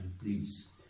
please